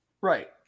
Right